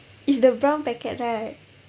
is the brown packet right